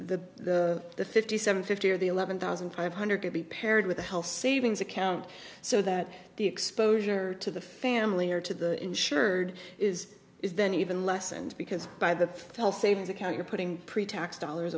the the the fifty seven fifty or the eleven thousand five hundred could be paired with a health savings account so that the exposure to the family or to the insured is is then even less and because by the health savings account you're putting pretax dollars